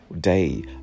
day